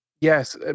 Yes